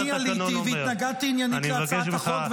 אבל אני עליתי והתנגדתי עניינית להצעת החוק,